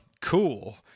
cool